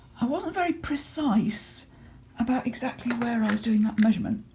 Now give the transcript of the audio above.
i wasn't very precise about exactly where i was doing that measurement.